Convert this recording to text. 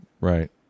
Right